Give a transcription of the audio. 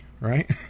right